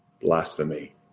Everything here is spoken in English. Blasphemy